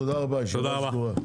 תודה רבה, הישיבה נעולה.